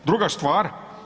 Druga stvar.